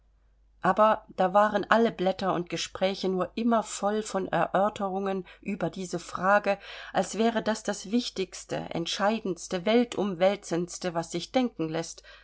aber da waren alle blätter und gespräche nur immer voll von erörterungen über diese frage als wäre das das wichtigste entscheidendste weltumwälzendste was sich denken läßt